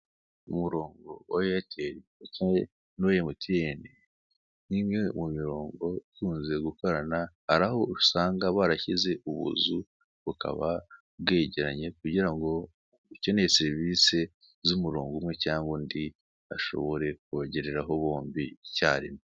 Umuronko wa eyateri ndetse n'uwa emutiyene ni imwe mu muronko ikinze gukorana hari aho usanga barashyize ubuzu, bukaba bwegeranye kugira ngo ukenere serivise z'umuronko umwe cyangwa undi bashobore kubagereraho bombi icyarimwe.